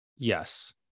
Yes